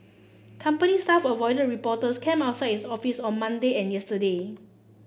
company staff avoided reporters cam outside its office on Monday and yesterday